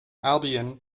albion